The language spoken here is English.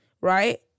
Right